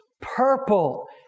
purple